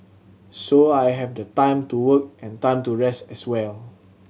so I have the time to work and time to rest as well